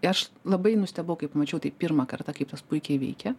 aš labai nustebau kai pamačiau tai pirmą kartą kaip tas puikiai veikia